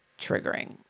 triggering